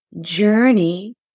journey